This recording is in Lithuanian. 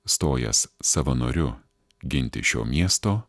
stojęs savanoriu ginti šio miesto